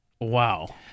Wow